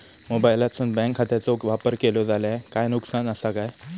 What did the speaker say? मोबाईलातसून बँक खात्याचो वापर केलो जाल्या काय नुकसान असा काय?